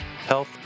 Health